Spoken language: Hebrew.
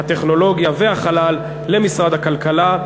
הטכנולוגיה והחלל למשרד הכלכלה.